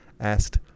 asked